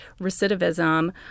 recidivism